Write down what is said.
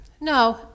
No